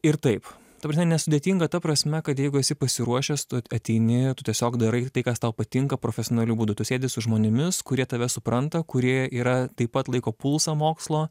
ir taip ta prasme nesudėtinga ta prasme kad jeigu esi pasiruošęs tu ateini tu tiesiog darai tai kas tau patinka profesionaliu būdu tu sėdi su žmonėmis kurie tave supranta kurie yra taip pat laiko pulsą mokslo